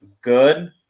good